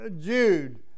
Jude